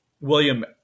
William